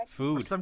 food